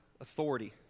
authority